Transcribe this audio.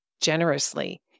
generously